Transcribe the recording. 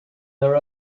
their